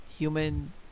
Human